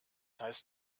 heißt